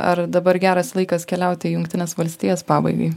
ar dabar geras laikas keliauti į jungtines valstijas pabaigai